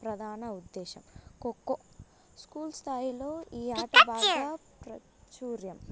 ప్రధాన ఉద్దేశం ఖోఖో స్కూల్ స్థాయిలో ఈ ఆట బాగా ప్రాచుర్యం